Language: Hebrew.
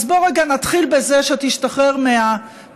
אז בוא רגע נתחיל בזה שתשתחרר מהפוזה